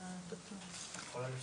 בפרקליטות הקמנו פורום נוסף